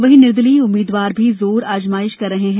वहीं निर्दलीय उम्मीद्वार भी जोर आजमाइश कर रहे हैं